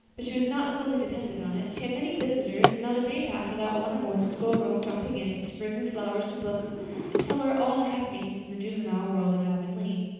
but she was not solely dependent on it. she had many visitors and not a day passed without one or more of the schoolgirls dropping in to bring her flowers and books and tell her all the happenings in the juvenile world of avonlea.